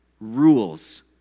rules